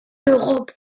l’europe